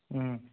ꯎꯝ